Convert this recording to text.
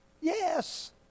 Yes